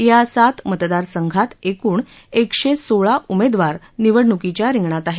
या सात मतदारसंघात एकूण एकशे सोळा उमेदवार निवडणुकीच्या रिंगणात आहेत